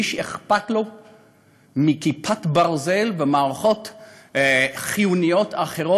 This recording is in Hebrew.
מי שאכפת לו מ"כיפת ברזל" וממערכות חיוניות אחרות,